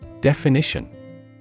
Definition